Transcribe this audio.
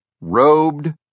robed